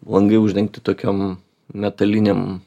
langai uždengti tokiom metalinėm